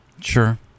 Sure